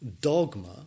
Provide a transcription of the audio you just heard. dogma